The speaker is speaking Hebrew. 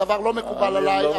הדבר לא מקובל עלי.